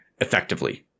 effectively